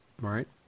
right